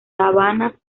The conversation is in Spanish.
sabanas